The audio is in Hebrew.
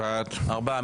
ארבעה.